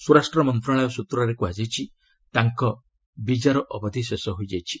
ସ୍ୱରାଷ୍ଟ୍ର ମନ୍ତ୍ରଣାଳୟ ସୂତ୍ରରେ କୁହାଯାଇଛି ତାଙ୍କ ବିକାର ଅବଧି ଶେଷ ହୋଇଯାଇଛି